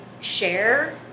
share